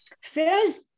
first